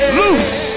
loose